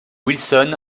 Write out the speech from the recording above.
wilson